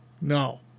No